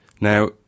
Now